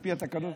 פי התקנון.